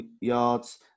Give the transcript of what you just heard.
yards